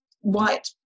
white